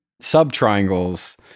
sub-triangles